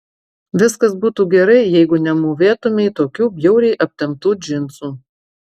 viskas būtų gerai jeigu nemūvėtumei tokių bjauriai aptemptų džinsų